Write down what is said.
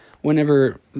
whenever